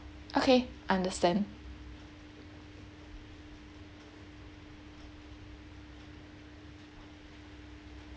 okay understand